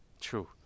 True